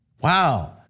Wow